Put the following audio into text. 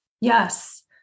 Yes